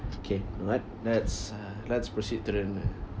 okay alright let's uh let's proceed to the ne~